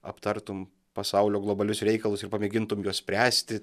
aptartum pasaulio globalius reikalus ir pamėgintum juos spręsti